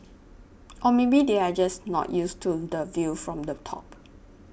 or maybe they are just not used to the view from the top